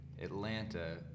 Atlanta